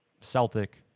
Celtic